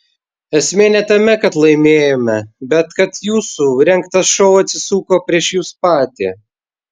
esmė ne tame kad laimėjome bet kad jūsų rengtas šou atsisuko prieš jus patį